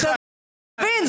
תבין.